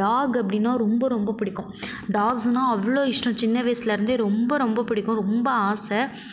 talk அப்படினா ரொம்ப ரொம்ப பிடிக்கும் டாக்ஸ்னா அவ்வளோ இஷ்டம் சின்ன வயசில் இருந்து ரொம்ப ரொம்ப பிடிக்கும் ரொம்ப ஆசை